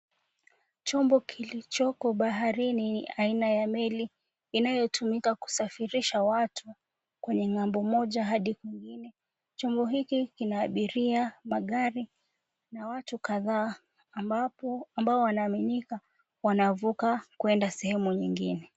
Chombo kilichoko baharini ni aina ya meli inayotumika kusafirisha watu kwenye ng'ambo moja hadi nyingine. Chombo hiki kina abiria, magari na watu kadhaa ambapo ambao wanaaminika wanavuka kuenda sehemu nyingine.